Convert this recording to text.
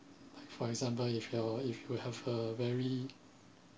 for example if you're if you have a very